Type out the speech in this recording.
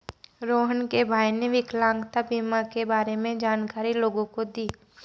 रोहण के भाई ने विकलांगता बीमा के बारे में जानकारी लोगों को दी